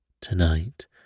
Tonight